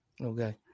Okay